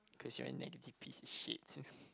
cause you are a negative piece of shit